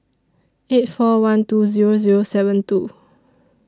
eight four one two Zero Zero seven two